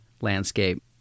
landscape